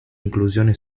inclusione